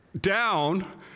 down